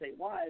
statewide